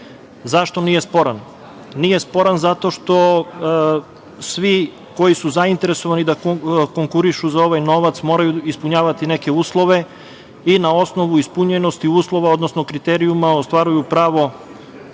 Zašto nije sporan? Nije sporan zato što svi koji su zainteresovani da konkurišu za ovaj novac moraju ispunjavati neke uslove i na osnovu ispunjenosti uslova, odnosno kriterijuma ostvaruju pravo